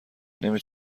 نمی